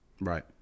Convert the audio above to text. Right